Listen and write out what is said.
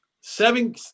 seven